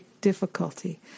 difficulty